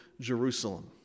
Jerusalem